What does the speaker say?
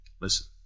listen